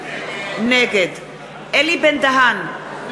נגד אלי בן-דהן,